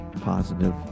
positive